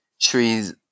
trees